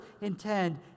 intend